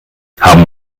haben